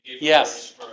Yes